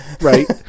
Right